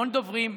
המון דוברים.